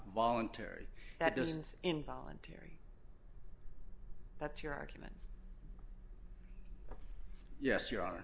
voluntary that doesn't involuntary that's your argument yes you